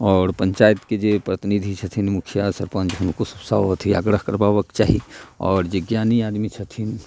आओर पंचायत के जे प्रतिनिधि छथिन मुखिया सरपंच हुनको सब सऽ आग्रह करबाबक चाही आओर जे ज्ञानी आदमी छथिन